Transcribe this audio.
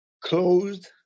closed